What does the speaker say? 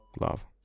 love